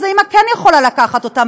אז האימא כן יכולה לקחת אותם,